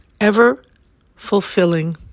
ever-fulfilling